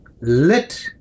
let